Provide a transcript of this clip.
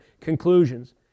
conclusions